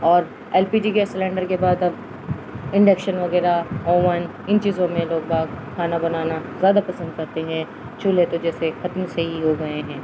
اور L P G gas cylinder کے بعد اب انڈکشن وغیرہ اوون ان چیزوں میں لوگ باگ کھانا بنانا زیادہ پسند کرتے ہیں چولہے تو جیسے ختم سے ہی ہو گئے ہیں